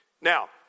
Now